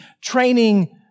training